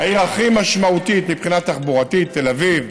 העיר הכי משמעותית מבחינה תחבורתית, תל אביב: